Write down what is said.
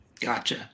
Gotcha